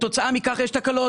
כתוצאה מכך, יש תקלות.